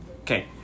Okay